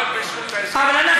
רק בזכות ההסכם.